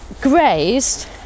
grazed